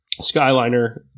Skyliner